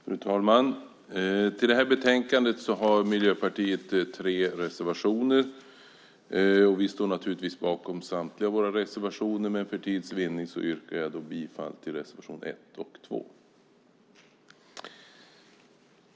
Fru talman! I det här betänkandet har Miljöpartiet tre reservationer. Vi står naturligtvis bakom samtliga våra reservationer, men för tids vinnande yrkar jag bifall enbart till reservation 1 och 2.